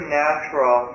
natural